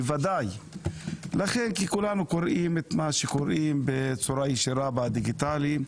כי כולנו קוראים את מה שקוראים בצורה ישירה בדיגיטלית,